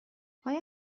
آیا